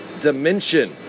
dimension